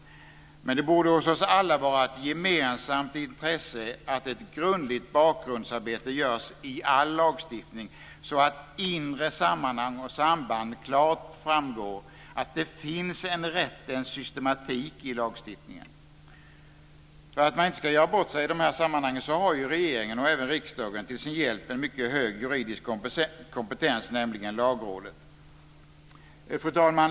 Men det borde hos oss alla vara ett gemensamt intresse att ett grundligt bakgrundsarbete görs i all lagstiftning, så att inre sammanhang och samband klart framgår, att det finns en rättens systematik i lagstiftningen. För att man inte ska göra bort sig i de här sammanhangen har regeringen och även riksdagen till sin hjälp mycket hög juridisk kompetens, nämligen Lagrådet.